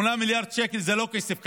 8 מיליארד שקל זה לא כסף קטן.